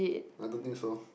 I don't think so